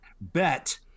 bet